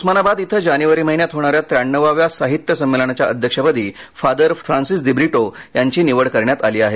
उस्मानाबाद इथे जानेवारी महिन्यात होणाऱ्या त्र्याण्णवाव्या साहित्य सम्मेलनाच्या अध्यक्षपदी फादर फ्रान्सिस दिब्रिटो यांची निवड करण्यात आली आहे